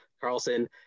Carlson